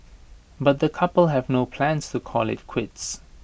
but the couple have no plans to call IT quits